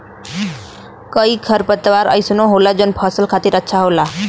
कई खरपतवार अइसनो होला जौन फसल खातिर अच्छा होला